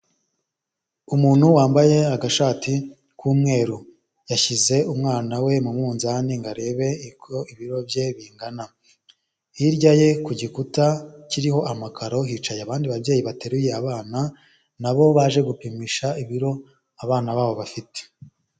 Umuntu wambaye agashati k'umweru yashyize umwana we mu munzani ngo arebe ibiro bye uko bingana, hirya ye ku gikuta kiriho amakaro hicaye abandi babyeyi bateruye abana nabo baje gupimisha ibiro abana babo bafite.